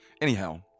Anyhow